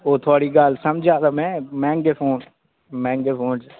ओह् थुआढ़ी गल्ल समझै दा में मैंह्गे फोन मैंह्गे फोन